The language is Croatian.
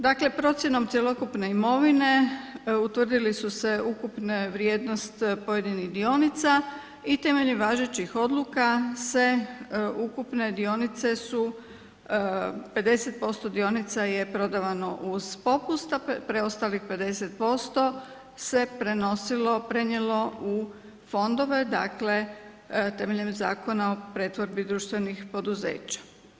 Dakle procjenom cjelokupne imovine utvrdili su se ukupne vrijednost pojedinih dionica i temeljem važećih odluka se ukupne dionice su 50% dionica je prodavano uz popust, a preostalih 50% se prenosilo, prenijelo u fondove, dakle temeljem Zakona o pretvorbi društvenih poduzeća.